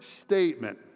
statement